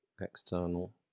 External